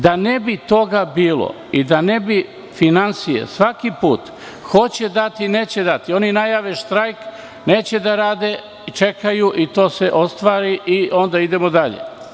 Da ne bi toga bilo i da ne bi finansije, svaki put, hoće dati – neće dati, oni najave štrajk, neće da rade, čekaju i to se ostvari i onda idemo dalje.